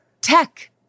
Tech